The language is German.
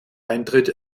eintritt